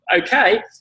okay